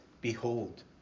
Behold